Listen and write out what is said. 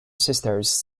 sisters